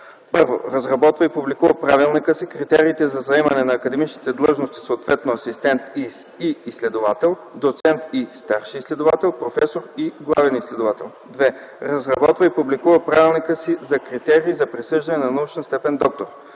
1. Разработва и публикува правилника си, критериите за заемане на академичните длъжности, съответно „асистент” и „изследовател”, „доцент” и „старши изследовател”, „професор” и „главен изследовател”; 2. Разработва и публикува в правилника си критерии за присъждане на научната степен „доктор”;